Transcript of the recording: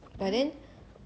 but the second book onwards not